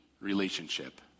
relationship